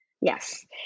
Yes